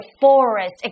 forest